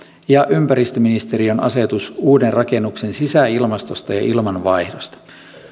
ja ympäristöministeriön asetus uuden rakennuksen sisäilmastosta ja ilmanvaihdosta